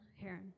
heron